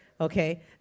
Okay